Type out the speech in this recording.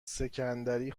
سکندری